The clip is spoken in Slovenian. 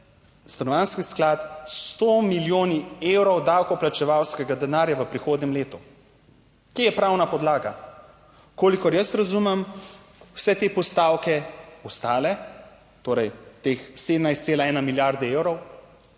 Stanovanjski sklad s 100 milijoni evrov davkoplačevalskega denarja v prihodnjem letu? Kje je pravna podlaga? Kolikor jaz razumem, vse te postavke, ostale, torej teh 17,1 milijarde evrov,